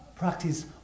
practice